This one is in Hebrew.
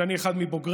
שאני אחד מבוגריה,